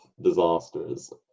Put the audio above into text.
disasters